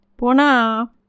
Pona